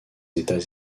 états